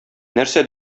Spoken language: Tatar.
нәрсә